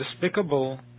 despicable